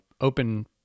open